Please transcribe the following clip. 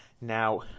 Now